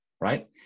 right